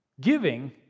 giving